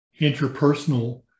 interpersonal